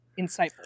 insightful